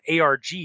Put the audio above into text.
ARG